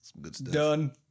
Done